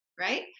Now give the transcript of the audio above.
right